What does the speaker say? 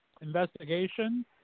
investigation